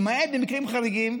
למעט במקרים חריגים,